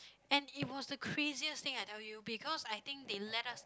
and it was the craziest thing I tell you because I think they let us